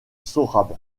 sorabe